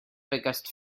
biggest